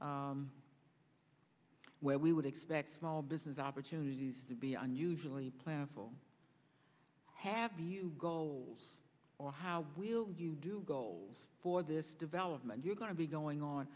where we would expect small business opportunities to be unusually planful have you goals or how will you do goals for this development you're going to be going on